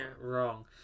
wrong